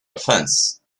offense